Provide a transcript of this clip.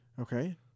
Okay